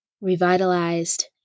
revitalized